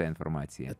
tą informaciją